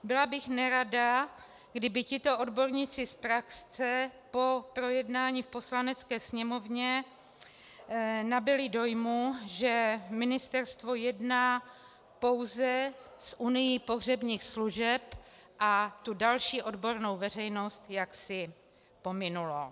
Byla bych nerada, kdyby tito odborníci z praxe po projednání v Poslanecké sněmovně nabyli dojmu, že ministerstvo jedná pouze s Unií pohřebních služeb a tu další odbornou veřejnost jaksi pominulo.